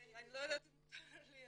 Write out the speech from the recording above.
אני לא יודעת אם מותר לי.